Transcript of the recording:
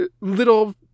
little